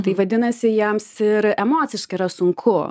tai vadinasi jiems ir emociškai yra sunku